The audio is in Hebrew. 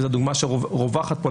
וזו דוגמה שרווחת פה,